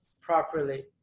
properly